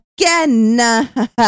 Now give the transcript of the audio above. again